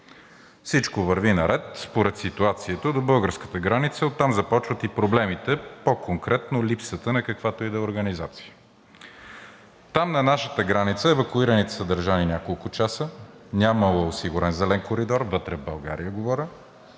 Всичко върви наред, според ситуацията, до българската граница. Оттам започват и проблемите, по-конкретно липсата на каквато и да е организация. Там на нашата граница евакуираните са държани няколко часа, нямало е осигурен зелен коридор – вътре в България говоря,